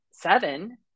seven